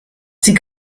sie